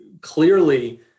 clearly